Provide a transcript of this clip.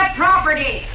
property